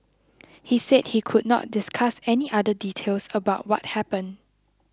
he said he could not discuss any other details about what happened